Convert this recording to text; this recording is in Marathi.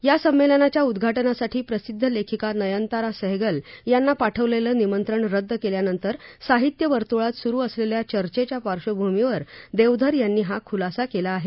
या संमेलनाच्या उद्घाटनासाठी प्रसिद्ध लेखिका नयनतारा सहगल यांना पाठवलेलं निमंत्रण रद्द केल्यानंतर साहित्य वर्तुळात सुरु असलेल्या चर्चेच्या पार्श्वभूमीवर देवधर यांनी हा खुलासा केला आहे